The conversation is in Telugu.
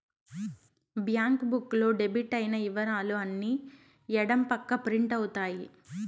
బ్యాంక్ బుక్ లో డెబిట్ అయిన ఇవరాలు అన్ని ఎడం పక్క ప్రింట్ అవుతాయి